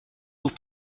haut